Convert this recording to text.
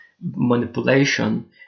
manipulation